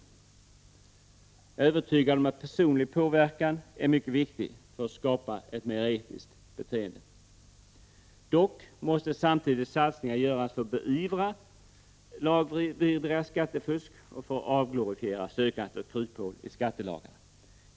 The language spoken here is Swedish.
Jag är övertygad om att personlig påverkan är mycket viktig för att skapa ett mera etiskt beteende, dock måste samtidigt satsningar göras för att beivra skattefusk och för att avglorifiera sökandet av kryphål i skattelagarna.